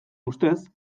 ustez